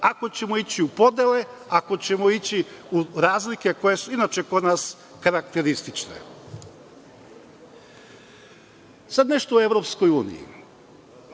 ako ćemo ići u podele, ako ćemo ići u razlike, koje su inače kod nas karakteristične. Sad nešto o Evropskoj uniji.